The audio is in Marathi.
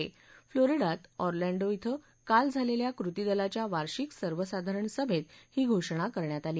काल झालेल्या फ्लोरिडात ऑरलाँडो येथे काल झालेल्या कृती दलाच्या वार्षिक सर्वसाधारण सभेत ही घोषणा करण्यात आली